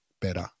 better